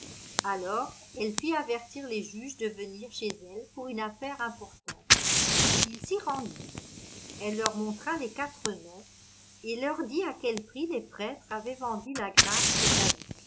alors elle fit avertir les juges de venir chez elle pour une affaire importante ils s'y rendirent elle leur montra les quatre noms et leur dit à quel prix les prêtres avaient vendu la grâce de